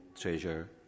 treasure